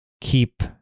keep